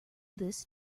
this